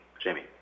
Jamie